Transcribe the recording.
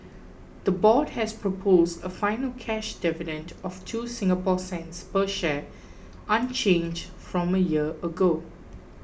the board has proposed a final cash dividend of two Singapore cents per share unchanged from a year ago